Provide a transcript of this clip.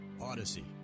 odyssey